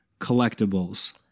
collectibles